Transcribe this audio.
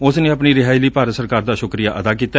ਉਸ ਨੇ ਆਪਣੀ ਰਿਹਾਈ ਲਈ ਭਾਰਤ ਸਰਕਾਰ ਦਾ ਸ਼ੁਕਰੀਆ ਅਦਾ ਕੀਤਾ